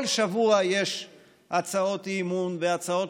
כל שבוע יש הצעות אי-אמון והצעות